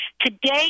Today